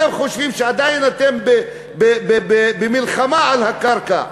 אתם חושבים שעדיין אתם במלחמה על הקרקע.